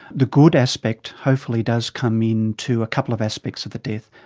the good aspect hopefully does come into a couple of aspects of the death.